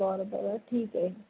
बरं बरं ठीक आहे